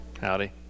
Howdy